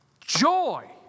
joy